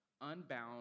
unbound